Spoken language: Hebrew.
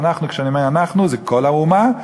וכשאני אומר "אנחנו" זה כל האומה,